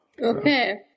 Okay